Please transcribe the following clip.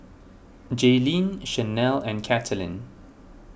Jayleen Chanelle and Katelynn